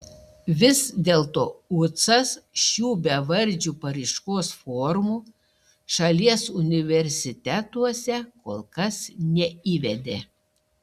vis dėlto ucas šių bevardžių paraiškos formų šalies universitetuose kol kas neįvedė